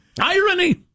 Irony